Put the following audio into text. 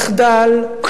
מחדל,